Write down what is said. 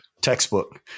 Textbook